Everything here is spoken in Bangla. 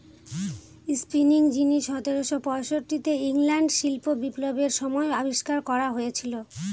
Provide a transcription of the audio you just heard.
স্পিনিং জিনি সতেরোশো পয়ষট্টিতে ইংল্যান্ডে শিল্প বিপ্লবের সময় আবিষ্কার করা হয়েছিল